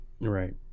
Right